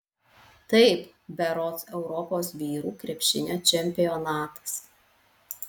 taip berods europos vyrų krepšinio čempionatas